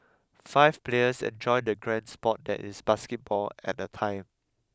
five players enjoy the grand sport that is basketball at a time